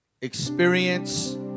experience